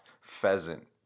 pheasant